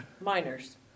minors